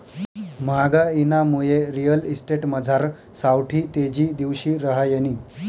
म्हागाईनामुये रिअल इस्टेटमझार सावठी तेजी दिवशी रहायनी